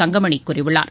தங்கமணி கூறியுள்ளார்